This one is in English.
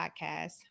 podcast